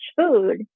food